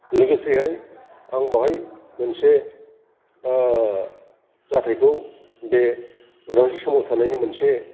लोगोसेहाय आं बावहाय मोनसे जाथायखौ बे उदांस्रि सोमावसारनायनि मोनसे